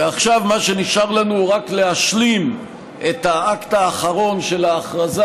ועכשיו מה שנשאר לנו זה רק להשלים את האקט האחרון של ההכרזה,